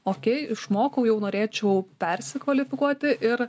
okei išmokau jau norėčiau persikvalifikuoti ir